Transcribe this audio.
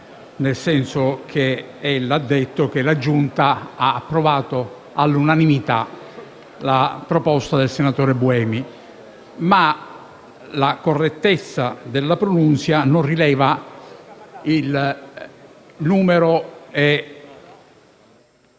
nel senso che ella ha detto che la Giunta ha approvato all'unanimità la proposta del senatore Buemi. Ma la correttezza della pronunzia non rileva il numero e